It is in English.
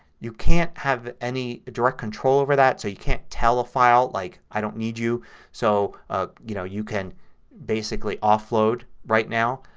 you can't have any direct control over that. so you can't tell a file, like, i don't need you so ah you know you can basically offload right now.